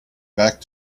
back